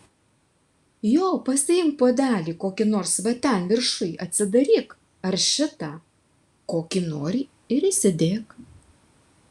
jo pasiimk puodelį kokį nors va ten viršuj atsidaryk ar šitą kokį nori ir įsidėk